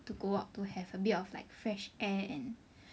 to go out to have a bit of like fresh air and